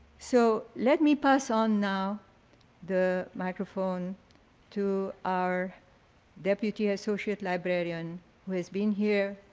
so let me pass on now the microphone to our deputy associate librarian who has been here,